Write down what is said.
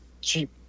cheap